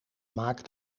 maak